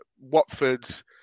Watford's